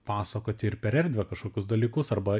pasakoti ir per erdvę kažkokius dalykus arba